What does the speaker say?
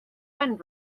fund